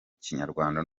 kinyarwanda